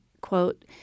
quote